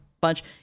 bunch